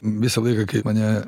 visą laiką kaip mane